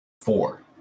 four